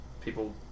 People